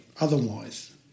Otherwise